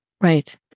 Right